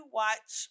watch